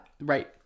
Right